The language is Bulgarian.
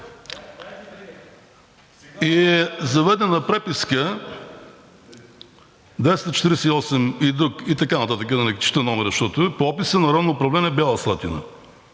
е заведена преписка № 248 и така нататък, да не чета номера, по описа на Районно управление – Бяла Слатина,